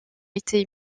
été